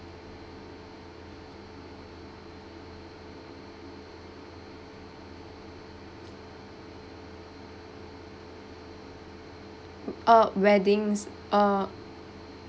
oh weddings err